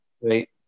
Right